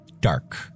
Dark